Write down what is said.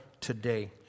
today